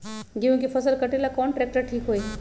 गेहूं के फसल कटेला कौन ट्रैक्टर ठीक होई?